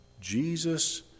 Jesus